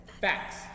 Facts